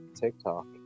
TikTok